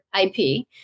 IP